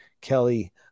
Kelly